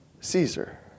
Caesar